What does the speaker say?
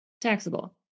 taxable